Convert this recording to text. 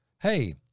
hey